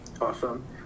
Awesome